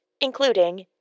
including